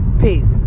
Peace